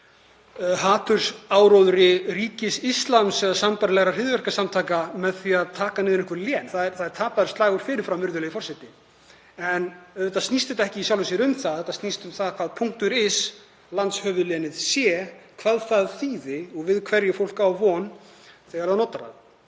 hatursáróðri Ríkis íslams eða sambærilegra hryðjuverkasamtaka með því að taka niður einhver lén. Það er tapaður slagur fyrir fram, virðulegi forseti. En auðvitað snýst þetta ekki í sjálfu sér um það, þetta snýst um það hvað .is landshöfuðlénið sé, hvað það þýði og hverju fólk á von þegar það notar lénið.